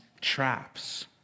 traps